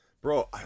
Bro